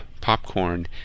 popcorn